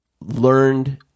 learned